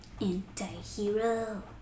Anti-hero